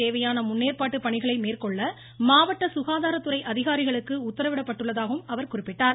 தேவையான முன்னேற்பாட்டு பணிகளை மேற்கொள்ள மாவட்ட சுகாதாரத்துறை அதிகாரிகளுக்கு உத்தரவிடப்பட்டுள்ளதாகவும் அவர் குறிப்பிட்டார்